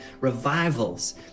revivals